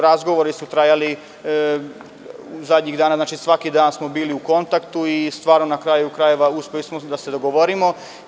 Razgovori su trajali poslednjih dana, znači, svaki dan smo bili u kontaktu i stvarno, na kraju krajeva, uspeli smo da se dogovorimo.